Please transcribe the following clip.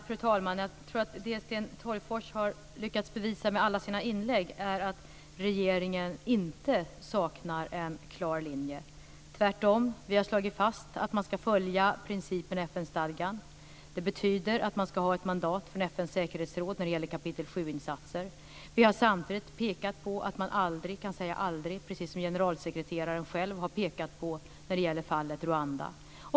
Fru talman! Jag tror att det Sten Tolgfors har lyckats bevisa med alla sina inlägg är att regeringen inte saknar en klar linje. Vi har tvärtom slagit fast att man ska följa principen i FN-stadgan. Det betyder att man ska ha ett mandat från FN:s säkerhetsråd när det gäller kapitel 7-insatser. Vi har samtidigt pekat på att man aldrig kan säga aldrig, precis om generalsekreteraren själv har pekat på när det gäller fallet Rwanda.